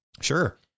Sure